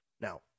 Now